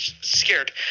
scared